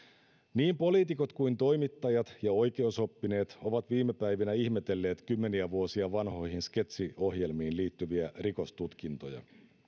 niin poliitikot kuin toimittajat ja oikeusoppineet ovat viime päivinä ihmetelleet kymmeniä vuosia vanhoihin sketsiohjelmiin liittyviä rikostutkintoja